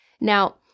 Now